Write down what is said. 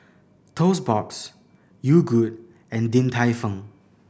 Toast Box Yogood and Din Tai Fung